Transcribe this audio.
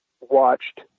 watched